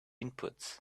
inputs